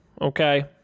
okay